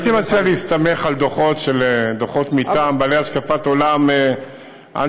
לא הייתי מסתמך על דוחות מטעם בעלי השקפת עולם אנטי-ממשלתית,